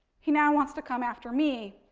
he now wants to come after me.